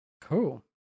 Cool